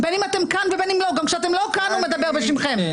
תודה, גלעד.